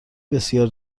بسیار